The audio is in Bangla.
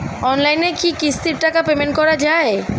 অনলাইনে কি কিস্তির টাকা পেমেন্ট করা যায়?